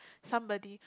somebody